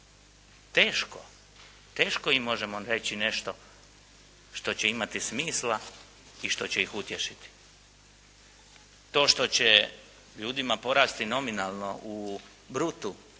Teško, teško im možemo reći nešto što će imati smisla i što će ih utješiti. To što će ljudima porasti nominalno u brutu